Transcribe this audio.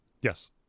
Yes